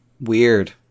Weird